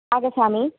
आगच्छामि